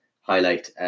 highlight